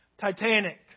Titanic